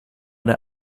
der